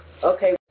Okay